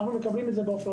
אנחנו מקבלים את זה אוטומטי.